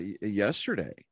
yesterday